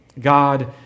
God